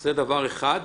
זה דבר אחד.